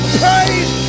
praise